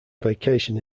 vacation